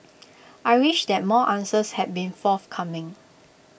I wish that more answers had been forthcoming